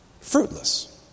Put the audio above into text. fruitless